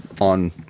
on